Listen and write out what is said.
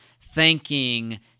thanking